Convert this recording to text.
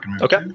Okay